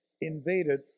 invaded